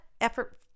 effort